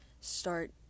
start